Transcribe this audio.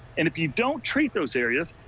and if you don't treat those areas,